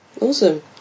awesome